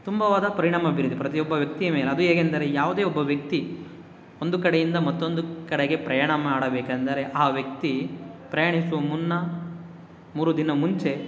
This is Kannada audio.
ತುಂಬವಾದ ಪರಿಣಾಮ ಬೀರಿದೆ ಪ್ರತಿಯೊಬ್ಬ ವ್ಯಕ್ತಿಯ ಮೇಲೂ ಅದು ಹೇಗೆಂದರೆ ಯಾವುದೇ ಒಬ್ಬ ವ್ಯಕ್ತಿ ಒಂದು ಕಡೆಯಿಂದ ಮತ್ತೊಂದು ಕಡೆಗೆ ಪ್ರಯಾಣ ಮಾಡಬೇಕೆಂದರೆ ಆ ವ್ಯಕ್ತಿ ಪ್ರಯಾಣಿಸುವ ಮುನ್ನ ಮೂರು ದಿನ ಮುಂಚೆ